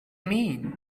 mean